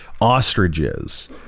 ostriches